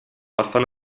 orfano